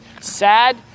sad